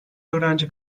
öğrenci